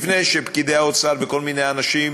לפני שפקידי האוצר וכל מיני אנשים